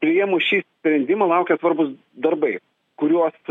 priėmus šį sprendimą laukia svarbūs darbai kuriuos